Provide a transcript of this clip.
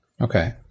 Okay